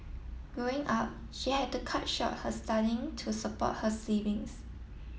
growing up she had to cut short her studying to support her siblings